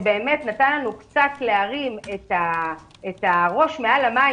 שבאמת נתן לנו קצת להרים את הראש מעל למים,